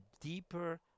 deeper